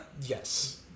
yes